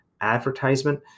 advertisement